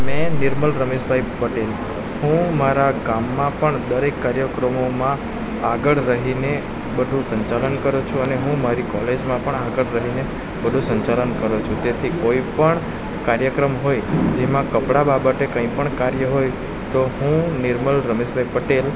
મેં નિર્મલ રમેશભાઈ પટેલ હું મારા ગામમાં પણ દરેક કાર્યક્રમોમાં આગળ રહીને બધું સંચાલન કરું છું અને હું મારી કોલેજમાં પણ આગળ રહીને બધું સંચાલન કરું છે તેથી કોઈ પણ કાર્યક્રમ હોય જેમાં કપડાં બાબતે કંઈ પણ કાર્ય હોય તો હું નિર્મલ રમેશભાઈ પટેલ